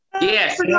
Yes